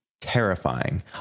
terrifying